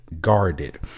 guarded